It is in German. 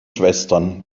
schwestern